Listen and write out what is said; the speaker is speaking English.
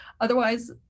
otherwise